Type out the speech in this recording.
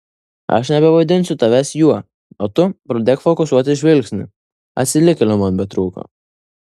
aš nebevadinsiu tavęs juo o tu pradėk fokusuoti žvilgsnį atsilikėlio man betrūko